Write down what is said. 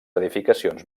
edificacions